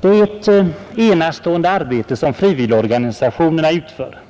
Det är ett enastående arbete som frivilligorganisationerna utför.